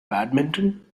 badminton